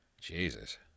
Jesus